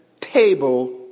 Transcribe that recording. table